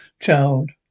child